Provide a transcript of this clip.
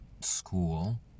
school